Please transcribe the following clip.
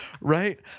right